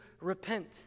repent